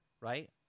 right